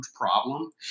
problem